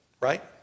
right